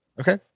Okay